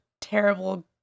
terrible